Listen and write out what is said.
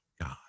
God